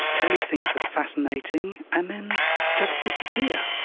tell you things that are fascinating, and then just disappear,